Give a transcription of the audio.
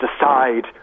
decide